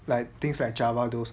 like things like java those